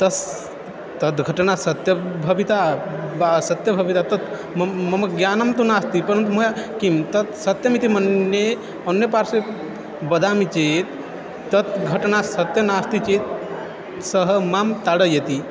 तस् तद्घटना सत्या भविता वा असत्या भविता तत् मम् मम ज्ञानं तु नास्ति परन्तु मया किं तत् सत्यमिति मन्ये अन्यपार्श्वे वदामि चेत् तत् घटना सत्या नास्ति चेत् सः मां ताडयति